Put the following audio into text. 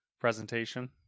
presentation